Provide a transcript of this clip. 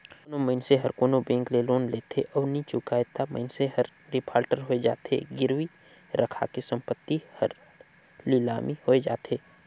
कोनो मइनसे हर कोनो बेंक ले लोन लेथे अउ नी चुकाय ता मइनसे हर डिफाल्टर होए जाथे, गिरवी रराखे संपत्ति हर लिलामी होए जाथे